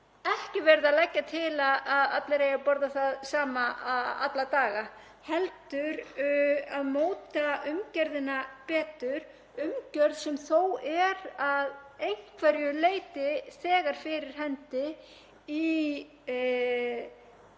ekki verið að leggja til að allir eigi að borða það sama alla daga heldur að móta umgjörðina betur, umgjörð sem er að einhverju leyti þegar fyrir hendi í